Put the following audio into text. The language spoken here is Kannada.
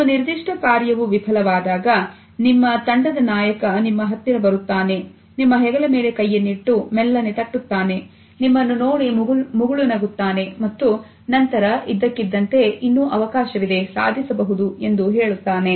ಒಂದು ನಿರ್ದಿಷ್ಟ ಕಾರ್ಯವು ವಿಫಲವಾದಾಗ ನಿಮ್ಮ ತಂಡದ ನಾಯಕ ನಿಮ್ಮ ಹತ್ತಿರ ಬರುತ್ತಾನೆ ನಿಮ್ಮ ಹೆಗಲ ಮೇಲೆ ಕೈಯನ್ನಿಟ್ಟು ಮೆಲ್ಲನೆ ತಟ್ಟುತ್ತಾನೆ ನಿಮ್ಮನ್ನು ನೋಡಿ ಮುಗುಳು ನಗುತ್ತಾನೆ ಮತ್ತು ನಂತರ ಇದ್ದಕ್ಕಿದ್ದಂತೆ ಇನ್ನು ಅವಕಾಶವಿದೆ ಸಾಧಿಸಬಹುದು ಎಂದು ಹೇಳುತ್ತಾನೆ